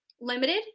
limited